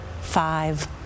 five